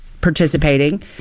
participating